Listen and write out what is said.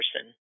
person